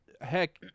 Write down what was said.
Heck